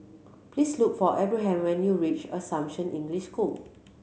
please look for Abraham when you reach Assumption English School